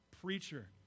preacher